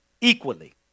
equally